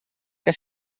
que